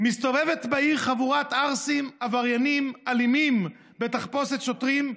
מסתובבת בעיר חבורת ערסים עבריינים אלימים בתחפושת שוטרים,